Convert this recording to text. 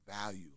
value